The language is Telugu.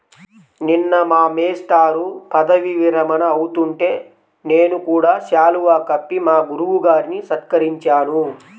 నిన్న మా మేష్టారు పదవీ విరమణ అవుతుంటే నేను కూడా శాలువా కప్పి మా గురువు గారిని సత్కరించాను